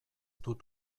dut